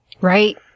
Right